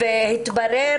והתברר